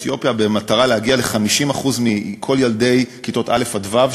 אתיופיה במטרה להגיע ל-50% מכל ילדי כיתות א ו',